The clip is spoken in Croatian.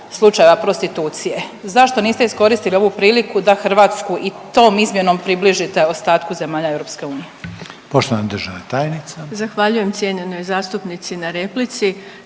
slučajeva prostitucije. Zašto niste iskoristili ovu priliku i tom izmjenom približite ostatku zemalja EU?